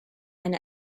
and